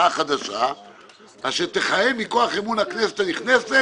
חדשה אשר תכהן מכוח אמון הכנסת הנכנסת